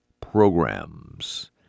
programs